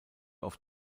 auf